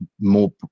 more